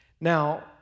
Now